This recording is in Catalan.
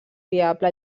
viable